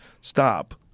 stop